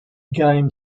game